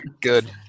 good